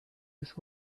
just